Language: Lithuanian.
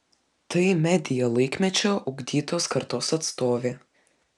tai media laikmečio ugdytos kartos atstovė